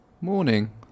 Morning